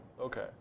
okay